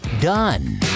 done